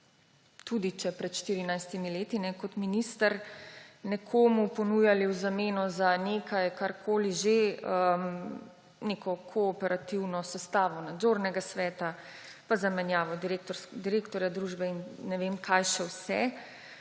tudi če pred 14 leti, kot minister nekomu ponujali v zameno za nekaj, karkoli že, neko kooperativno sestavo nadzornega sveta pa zamenjavo direktorja družbe in ne vem, kaj še vse.